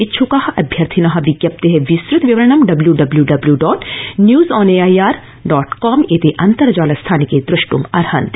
इच्छुकाः अभ्यर्थिनः विजप्तेः विस्तृत विवरणं W W W dot news on AIR dot com इति अन्तर्जाल स्थानके द्रष्ट्मर्हन्ति